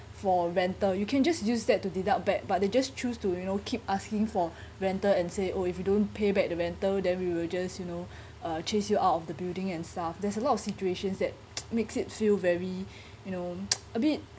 for rental you can just use that to deduct back but they just choose to you know keep asking for rental and say oh if you don't pay back the rental then we will just you know uh chase you out of the building and stuff there's a lot of situations that makes it feel very you know a bit